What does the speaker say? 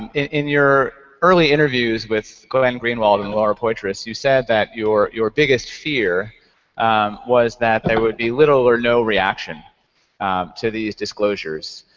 in your early interviews with glenn greenwald and laura poitras, you said that your your biggest fear was that there would be little or no reaction to these disclosures.